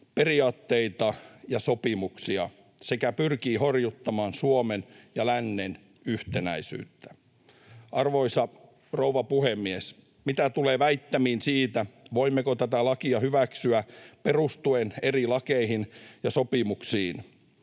periaatteita ja sopimuksia sekä pyrkii horjuttamaan Suomen ja lännen yhtenäisyyttä. Arvoisa rouva puhemies! Mitä tulee väittämiin siitä, voimmeko tätä lakia hyväksyä perustuen eri lakeihin ja sopimuksiin,